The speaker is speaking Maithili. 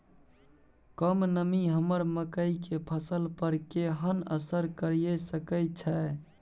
कम नमी हमर मकई के फसल पर केहन असर करिये सकै छै?